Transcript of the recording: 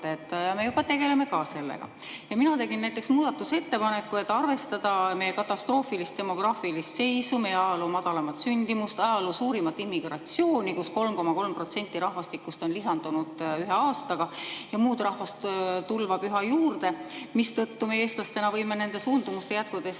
Me juba tegeleme ka sellega. Mina tegin näiteks muudatusettepaneku, et tuleks arvestada meie katastroofilist demograafilist seisu, meie ajaloo madalaimat sündimust, ajaloo suurimat immigratsiooni, kui 3,3% rahvastikust on lisandunud ühe aastaga ja muud rahvast tulvab üha juurde, mistõttu meie eestlastena võime nende suundumuste jätkudes